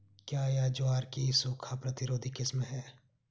क्या यह ज्वार की सूखा प्रतिरोधी किस्म है?